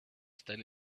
still